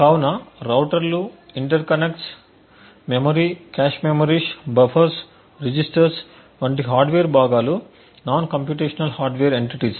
కాబట్టి రౌటర్లు interconnects memory cache memories బఫర్లు రిజిస్టర్లు వంటి హార్డ్వేర్ భాగాలు నాన్ కంప్యూటేషనల్ హార్డ్వేర్ ఎంటిటీస్